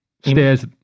Stairs